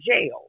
jail